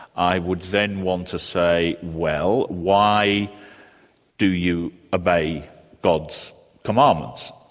i would then want to say, well, why do you obey god's commandments?